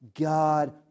God